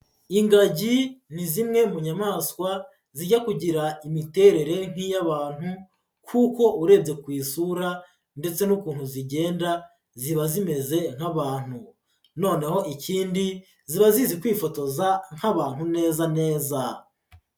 Ingagi ni zimwe mu nyamaswa zijya kugira imiterere nk'iya abantu kuko urebye ku isura ndetse n'ukuntu zigenda ziba zimeze nk'abantu, noneho ikindi ziba zizi kwifotoza nk'abantu neza neza.